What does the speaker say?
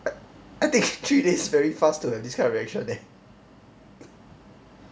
I I think she needs very fast to have this kind of reaction eh